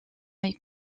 est